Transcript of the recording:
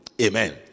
Amen